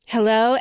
Hello